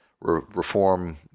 reform